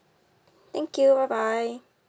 thank you bye bye